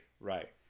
Right